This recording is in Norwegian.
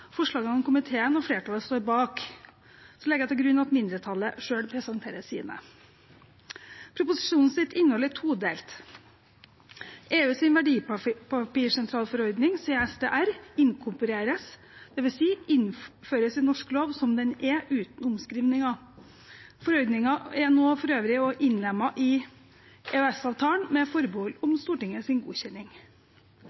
forslagene komiteen og flertallet står bak. Så legger jeg til grunn at mindretallet selv presenterer sine. Proposisjonens innhold er todelt. EUs verdipapirsentralforordning, CSDR, inkorporeres, dvs. innføres i norsk lov som den er, uten omskrivninger. Forordningen er for øvrig nå innlemmet i EØS-avtalen med forbehold om